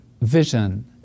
vision